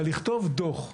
אבל לכתוב דוח,